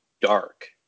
dark